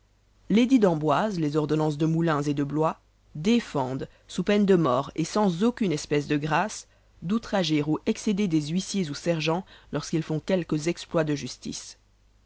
l'édit d'amboise les ordonnances de moulins et de blois défendent sous peine de mort et sans aucune espèce de grâce d'outrager ou excéder des huissiers ou sergens lorsqu'ils font quelques exploits de justice